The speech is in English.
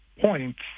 points